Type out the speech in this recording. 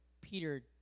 Peter